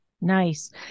nice